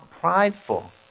prideful